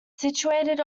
situated